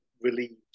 relieved